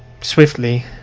swiftly